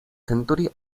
country